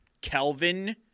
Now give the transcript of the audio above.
Kelvin